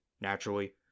naturally